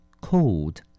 cold